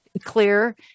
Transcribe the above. clear